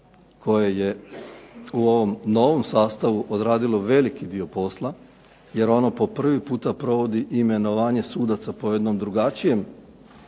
koje je u ovom novom sastavu odradilo veliki dio posla jer ono po prvi puta provodi imenovanje sudaca po jednom drugačijem